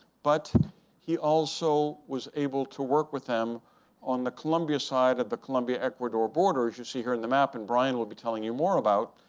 but he also was able to work with them on the colombia side of the colombia-ecuador border, as you see here in the map and brian will be telling you more about.